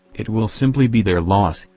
it will simply be their loss,